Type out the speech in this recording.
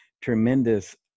tremendous